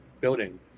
building